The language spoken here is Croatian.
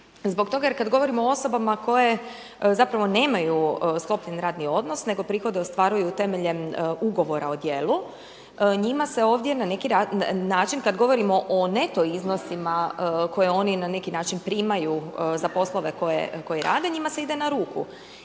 zbog toga jer kad govorimo o osobama koje zapravo nemaju sklopljen radni odnos nego prihode ostvaruju temeljem ugovora o djelu njima se ovdje na neki način kad govorimo o neto iznosima koje oni na neki način primaju za poslove koje rade njima se ide na ruku